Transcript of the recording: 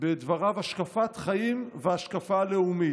בדבריו "השקפת חיים וההשקפה הלאומית".